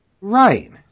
Right